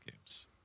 games